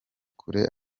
kure